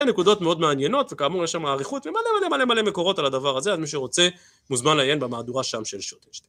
נקודות מאוד מעניינות וכאמור יש שם אריכות ומלא מלא מלא מלא מקורות על הדבר הזה אז מי שרוצה מוזמן לעיין במהדורה שם של שו...